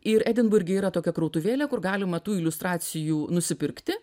ir edinburge yra tokia krautuvėlė kur galima tų iliustracijų nusipirkti